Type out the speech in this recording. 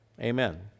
Amen